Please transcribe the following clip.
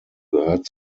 gehört